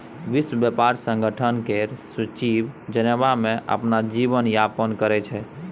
विश्व ब्यापार संगठन केर सचिव जेनेबा मे अपन जीबन यापन करै छै